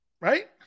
Right